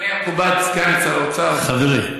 אדוני המכובד, סגן שר האוצר, חברי.